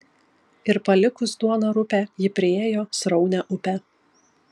ir palikus duoną rupią ji priėjo sraunią upę